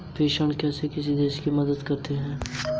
प्रेषण कैसे किसी देश की मदद करते हैं?